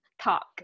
talk